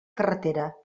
carretera